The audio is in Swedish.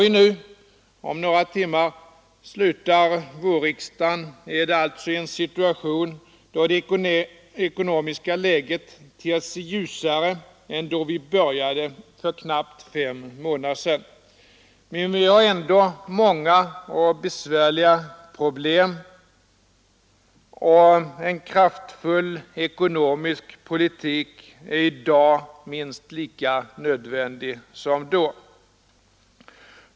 När vi om några timmar slutar vårriksdagen är det alltså i en situation då det ekonomiska läget ter sig ljusare än då vi började för knappt fem månader sedan. Men vi har ändå många och besvärliga problem, och en kraftfull ekonomisk politik är i dag minst lika nödvändig som då.